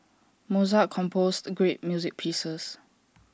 Mozart composed great music pieces